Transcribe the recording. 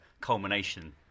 culmination